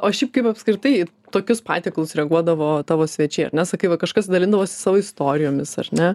o šiaip kaip apskritai tokius patiekalus reaguodavo tavo svečiai ar ne sakai va kažkas dalindavosi savo istorijomis ar ne